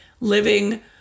living